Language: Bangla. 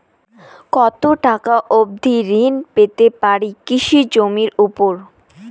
কত টাকা অবধি ঋণ পেতে পারি কৃষি জমির উপর?